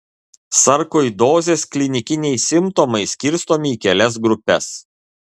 sarkoidozės klinikiniai simptomai skirstomi į kelias grupes